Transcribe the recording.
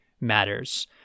matters